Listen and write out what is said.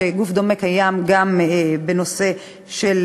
שגוף דומה קיים גם בנושא של